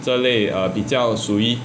这类 err 比较属于